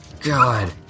God